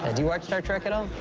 ah do you watch star trek at all?